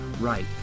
right